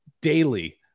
daily